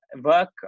work